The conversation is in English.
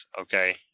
Okay